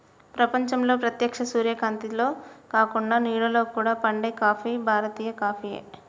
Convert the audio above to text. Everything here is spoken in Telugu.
ప్రపంచంలో ప్రేత్యక్ష సూర్యకాంతిలో కాకుండ నీడలో కూడా పండే కాఫీ భారతీయ కాఫీయే